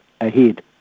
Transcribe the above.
ahead